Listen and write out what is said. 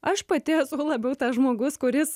aš pati esu labiau tas žmogus kuris